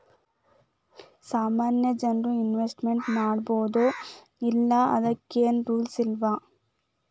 ಸಾಮಾನ್ಯ ಜನ್ರು ಇನ್ವೆಸ್ಟ್ಮೆಂಟ್ ಮಾಡ್ಬೊದೋ ಇಲ್ಲಾ ಅದಕ್ಕೇನ್ ರೂಲ್ಸವ?